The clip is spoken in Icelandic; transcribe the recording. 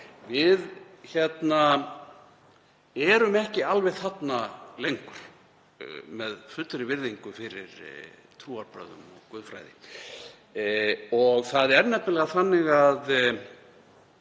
Við erum ekki alveg þarna lengur, með fullri virðingu fyrir trúarbrögðum og guðfræði. Það er nefnilega þannig að